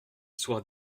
soir